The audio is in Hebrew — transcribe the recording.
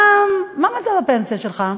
מה מצב הפנסיה שלך?